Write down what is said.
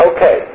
Okay